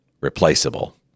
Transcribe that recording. replaceable